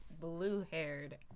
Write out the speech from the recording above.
blue-haired